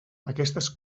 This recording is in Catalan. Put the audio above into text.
aquestes